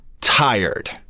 tired